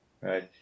right